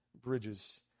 Bridges